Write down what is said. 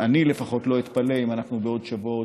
אני לפחות לא אתפלא אם אנחנו בעוד שבוע,